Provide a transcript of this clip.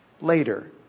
later